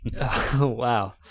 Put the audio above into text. Wow